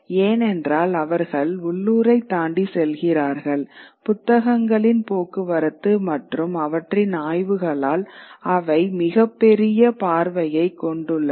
ஏனென்றால் அவர்கள் உள்ளூரை தாண்டி செல்கிறார்கள் புத்தகங்களின் போக்குவரத்து மற்றும் அவற்றின் ஆய்வுகளால் அவை மிகப் பெரிய பார்வையைக் கொண்டுள்ளனர்